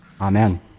Amen